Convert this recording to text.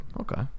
okay